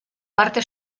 parte